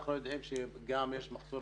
אנחנו יודעים גם יש מחסור